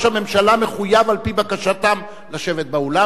הממשלה מחויב על-פי בקשתם לשבת באולם.